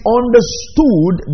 understood